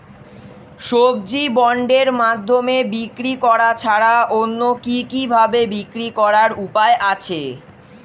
সবজি বন্ডের মাধ্যমে বিক্রি করা ছাড়া অন্য কি কি ভাবে বিক্রি করার উপায় আছে?